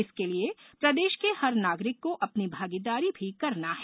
इसके लिए प्रदेश के हर नागरिक को अपनी भागीदारी भी करना हैं